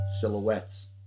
silhouettes